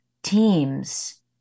teams